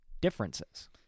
differences